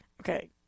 Okay